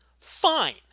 fine